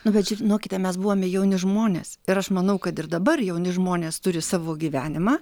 nu bet žinokite mes buvome jauni žmonės ir aš manau kad ir dabar jauni žmonės turi savo gyvenimą